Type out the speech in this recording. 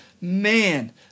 man